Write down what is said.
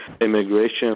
immigration